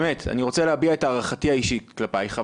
אני רוצה להביע את הערכתי האישית כלפייך,